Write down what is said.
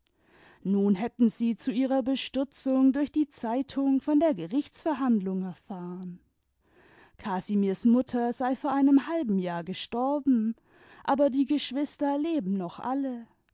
nun hätten sie zu ihrer bestürzung durch die zeitung von der gerichtsverhandlung erfahren casimirs mutter sei vor einem halben jahr gestorben aber die geschwister leben noch alle